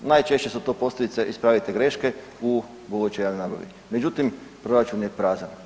Najčešće su to posljedice ispravite greške u budućoj javnoj nabavi, međutim proračun je prazan.